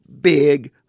big